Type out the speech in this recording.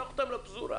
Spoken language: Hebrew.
שלח אותם לפזורה.